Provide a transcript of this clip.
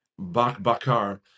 Bakbakar